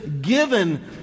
given